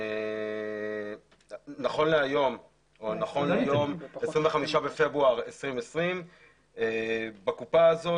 נכון ל-25 בפברואר 2020 יש בקופה הזו